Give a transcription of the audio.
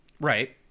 right